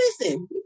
listen